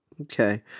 Okay